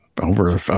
over